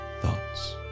thoughts